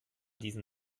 diesen